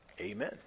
amen